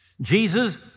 Jesus